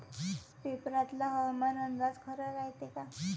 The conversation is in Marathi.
पेपरातला हवामान अंदाज खरा रायते का?